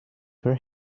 her